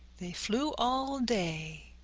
they flew all day.